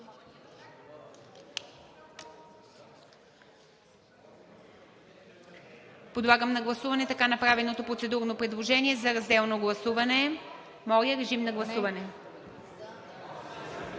Подлагам на гласуване така направеното процедурно предложение за разделно гласуване. Гласували